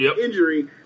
injury